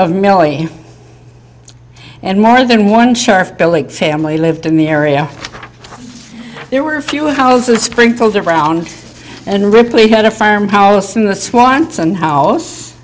of millie and more than one char phillips family lived in the area there were a few houses sprinkled around and ripley had a farmhouse in the swanson house